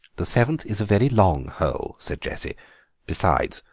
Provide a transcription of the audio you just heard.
the seventh is a very long hole, said jessie besides,